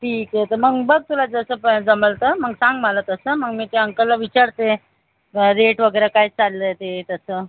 ठीक आहे तर मग बघ तुला जसं काय जमेल तर मग सांग मला तसं मग मी त्या अंकलला विचारते रेट वगैरे काय चाललं आहे ते तसं